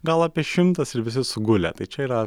gal apie šimtas ir visi sugulę tai čia yra